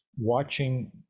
watching